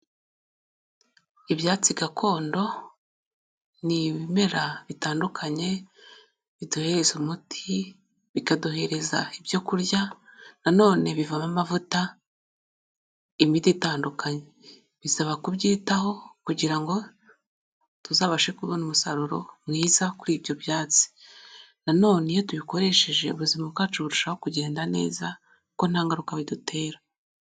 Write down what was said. Ibyatsi gakondo ni ibimera bitandukanye biduhereza umuti, bikaduhereza ibyo kurya na none bivamo amavuta, imiti itandukanye. Bisaba kubyitaho kugira ngo tuzabashe kubona umusaruro mwiza kuri ibyo byatsi. Nanone iyo tubikoresheje ubuzima bwacu burushaho kugenda neza ko nta ngaruka bidutera.